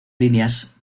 líneas